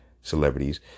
celebrities